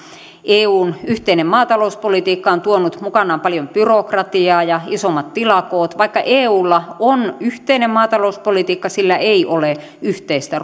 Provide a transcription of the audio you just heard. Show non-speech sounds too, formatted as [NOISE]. eun yhteinen maatalouspolitiikka on tuonut mukanaan paljon byrokratiaa ja isommat tilakoot vaikka eulla on yhteinen maatalouspolitiikka sillä ei ole yhteistä [UNINTELLIGIBLE]